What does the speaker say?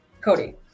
cody